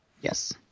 Yes